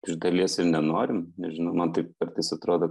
iš dalies ir nenorim nežinau man taip kartais atrodo